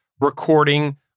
recording